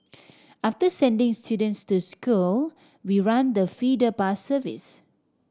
after sending students to school we run the feeder bus service